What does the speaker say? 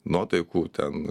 nuotaikų ten